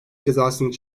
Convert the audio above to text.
cezasını